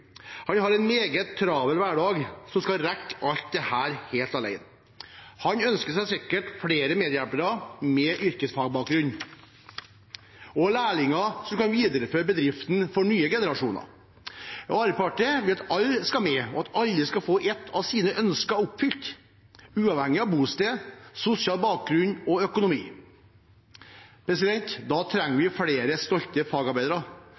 Han har en meget travel hverdag som skal rekke alt dette helt alene. Han ønsker seg sikkert flere medhjelpere med yrkesfagbakgrunn og lærlinger som kan videreføre bedriften for nye generasjoner. Arbeiderpartiet vil at alle skal med og at alle skal få ett av sine ønsker oppfylt, uavhengig av bosted, sosial bakgrunn og økonomi. Da trenger vi flere stolte fagarbeidere